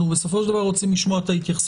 בסופו של דבר אנחנו רוצים לשמוע את ההתייחסות.